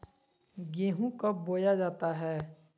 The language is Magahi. गेंहू कब बोया जाता हैं?